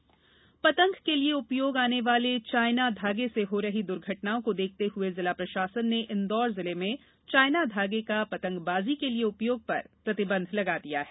China धागे प्रतिबंध पतंग के लिए उपयोग आने वाले चाइना धागे से हो रही दुर्घटनाओं को देखते हुए जिला प्रषासन ने इंदौर जिले में चाइना धागे का पतंगबाजी के लिये उपयोग पर प्रतिबंधित लगा दिया है